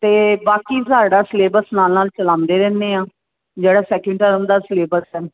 ਅਤੇ ਬਾਕੀ ਸਾਡਾ ਸਿਲੇਬਸ ਨਾਲ ਨਾਲ ਚਲਾਉਂਦੇ ਰਹਿੰਦੇ ਹਾਂ ਜਿਹੜਾ ਸੈਕਿੰਡ ਟਰਮ ਦਾ ਸਿਲੇਬਸ ਹੈ